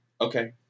Okay